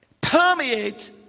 permeate